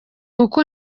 uko